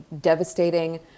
devastating